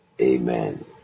Amen